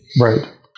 Right